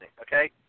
Okay